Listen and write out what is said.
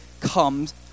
comes